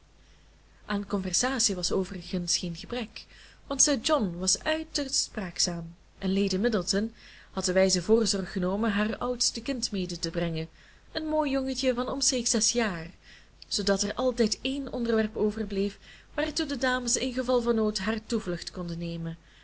aan conversatie was overigens geen gebrek want sir john was uiterst spraakzaam en lady middleton had de wijze voorzorg genomen haar oudste kind mede te brengen een mooi jongetje van omstreeks zes jaar zoodat er altijd één onderwerp overbleef waartoe de dames in geval van nood hare toevlucht konden nemen